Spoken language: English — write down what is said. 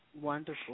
Wonderful